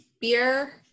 beer